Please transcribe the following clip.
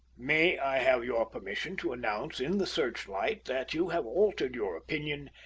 may i have your permission to announce in the searchlight that you have altered your opinions,